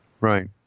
Right